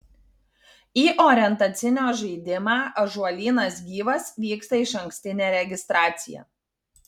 į orientacinio žaidimą ąžuolynas gyvas vyksta išankstinė registracija